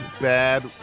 bad